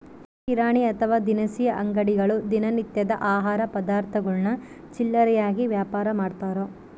ಕಿರಾಣಿ ಅಥವಾ ದಿನಸಿ ಅಂಗಡಿಗಳು ದಿನ ನಿತ್ಯದ ಆಹಾರ ಪದಾರ್ಥಗುಳ್ನ ಚಿಲ್ಲರೆಯಾಗಿ ವ್ಯಾಪಾರಮಾಡ್ತಾರ